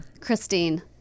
Christine